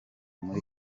muri